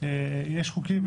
יש חוקים,